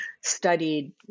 studied